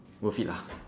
worth it lah